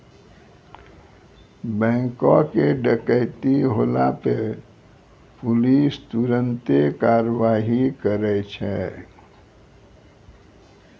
बैंको के डकैती होला पे पुलिस तुरन्ते कारवाही करै छै